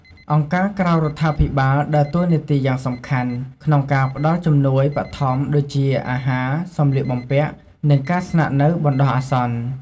អង្គការក្រៅរដ្ឋាភិបាលដើរតួនាទីយ៉ាងសំខាន់ក្នុងការផ្ដល់ជំនួយបឋមដូចជា អាហារ សម្លៀកបំពាក់ និងការស្នាក់នៅបណ្ដោះអាសន្ន។